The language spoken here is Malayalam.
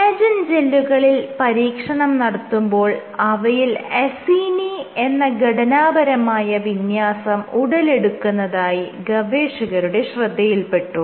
കൊളാജെൻ ജെല്ലുകളിൽ പരീക്ഷണം നടത്തുമ്പോൾ അവയിൽ അസീനി എന്ന ഘടനാപരമായ വിന്യാസം ഉടലെടുക്കുന്നതായി ഗവേഷകരുടെ ശ്രദ്ധയിൽ പെട്ടു